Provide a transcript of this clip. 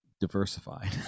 diversified